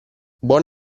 buon